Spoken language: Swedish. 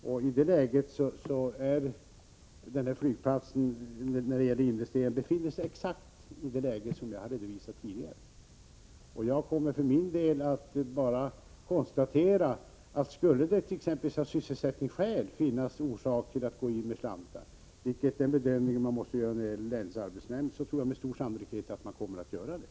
När det gäller investeringarna befinner sig flygplatsen exakt i det läge som jag har redovisat tidigare. Jag vill för min del bara konstatera, att om det exempelvis av sysselsättningsskäl skulle vara motiverat att göra extra satsningar — vilket är den bedömning som länsarbetsnämnden måste göra — tror jag att det är mycket sannolikt att man kommer att göra sådana.